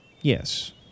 Yes